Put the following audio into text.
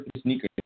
sneaker